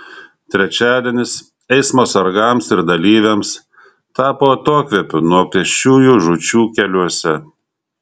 trečiadienis eismo sargams ir dalyviams tapo atokvėpiu nuo pėsčiųjų žūčių keliuose